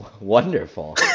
Wonderful